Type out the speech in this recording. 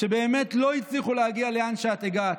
באמת לא הצליחו להגיע לאן שאת הגעת.